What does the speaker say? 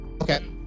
Okay